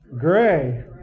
Gray